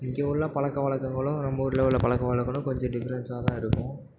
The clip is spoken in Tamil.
இங்கே உள்ள பழக்க வழக்கங்களும் நம்ம ஊரில் உள்ள பழக்க வழக்கங்களும் கொஞ்சம் டிஃப்ரன்ஸ்சாக தான் இருக்கும்